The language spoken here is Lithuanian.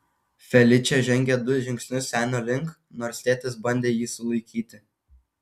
feličė žengė du žingsnius senio link nors tėtis bandė jį sulaikyti